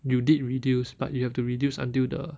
you did reduce but you have to reduce until the